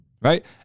right